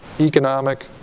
economic